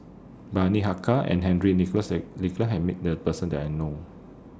Bani Haykal and Henry Nicholas Nicholas had Met The Person that I know of